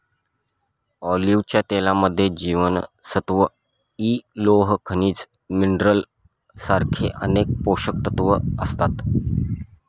ऑलिव्हच्या तेलामध्ये जीवनसत्व इ, लोह, खनिज मिनरल सारखे अनेक पोषकतत्व असतात